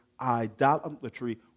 idolatry